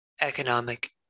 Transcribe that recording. economic